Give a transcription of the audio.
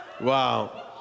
Wow